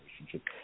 relationship